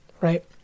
right